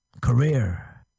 career